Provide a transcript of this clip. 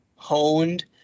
honed